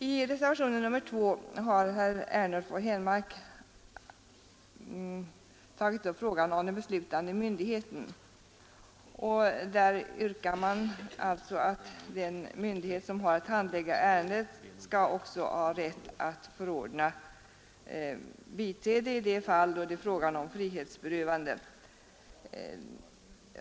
I reservationen 2 har herrar Ernulf och Henmark tagit upp frågan om den beslutande myndigheten. Man yrkar där att den myndighet som har att handlägga ärendet också skall ha rätt att förordna om biträde i de fall då det är fråga om frihetsberövande.